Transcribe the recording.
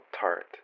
tart